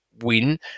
win